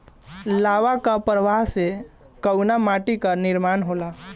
लावा क प्रवाह से कउना माटी क निर्माण होला?